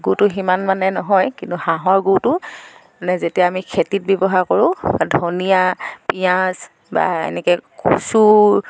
গুটো সিমান মানে নহয় কিন্তু হাঁহৰ গুটো মানে যেতিয়া আমি খেতিত ব্যৱহাৰ কৰোঁ ধনিয়া পিয়াঁজ বা এনেকৈ কচু